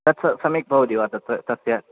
तत् सम्यक् भवति तस्य